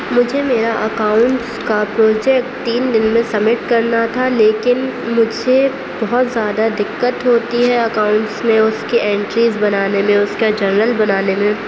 مجھے میرا اکاؤنٹس کا پروجیکٹ تین دن میں سمٹ کرنا تھا لیکن مجھ سے بہت زیادہ دقت ہوتی ہے اکاؤنٹس میں اس کی اینٹریز بنانے میں اس کا جنرل بنانے میں